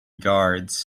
guards